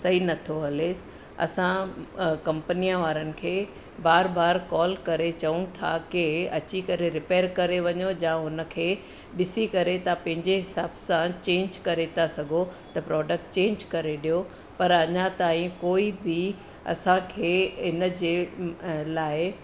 सही नथो हलेसि असां कंपनीअ वारनि खे बार बार कॉल करे चऊं था के अची करे रिपेर करे वञो या उनखे ॾिसी करे तव्हां पंहिंजे हिसाब सां चेंज करे था सघो त प्रोडक्ट चेंज करे ॾियो पर अञा ताईं कोई बि असांखे इनजे लाइ